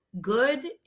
good